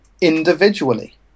individually